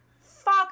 Fuck